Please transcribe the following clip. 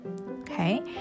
Okay